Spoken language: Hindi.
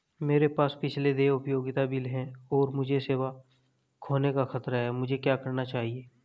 मेरे पास पिछले देय उपयोगिता बिल हैं और मुझे सेवा खोने का खतरा है मुझे क्या करना चाहिए?